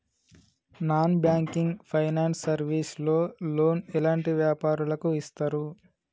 Non banking finance service లో loan ఎలాంటి వ్యాపారులకు ఇస్తరు?